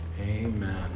Amen